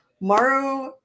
Maru